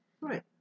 Right